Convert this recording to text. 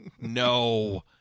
no